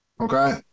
okay